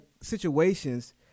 situations